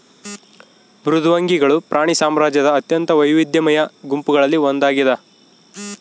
ಮೃದ್ವಂಗಿಗಳು ಪ್ರಾಣಿ ಸಾಮ್ರಾಜ್ಯದ ಅತ್ಯಂತ ವೈವಿಧ್ಯಮಯ ಗುಂಪುಗಳಲ್ಲಿ ಒಂದಾಗಿದ